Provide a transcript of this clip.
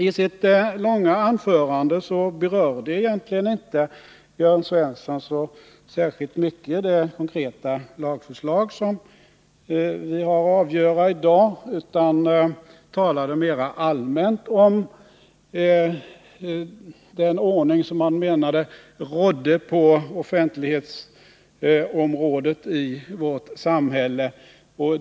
I sitt långa anförande berörde Jörn Svensson egentligen inte särskilt mycket det konkreta lagförslag som vi har att ta ställning till i dag, utan han talade mer allmänt om den ordning som han menade rådde på offentlighetsområdet i vårt samhälle.